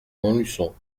montluçon